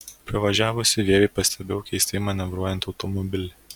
privažiavusi vievį pastebėjau keistai manevruojantį automobilį